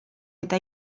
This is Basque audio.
eta